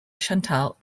chantal